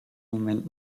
moment